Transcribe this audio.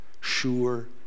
Sure